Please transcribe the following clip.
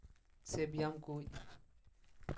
ᱥᱮ ᱵᱮᱭᱟᱢ ᱠᱚ